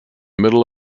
middle